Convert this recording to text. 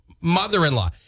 mother-in-law